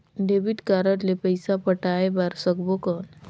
Debit card ले पइसा पटाय बार सकबो कौन?